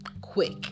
Quick